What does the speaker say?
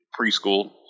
preschool